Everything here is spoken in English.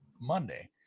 Monday